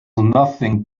nothing